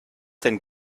denn